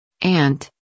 Ant